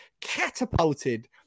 catapulted